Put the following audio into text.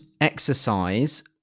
exercise